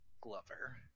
Glover